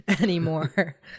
anymore